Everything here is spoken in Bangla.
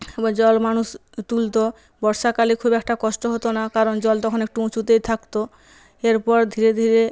ওই জল মানুষ তুলতো বর্ষাকালে খুব একটা কষ্ট হতো না কারণ জল তখন একটু উঁচুতেই থাকত এরপর ধীরে ধীরে